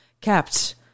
kept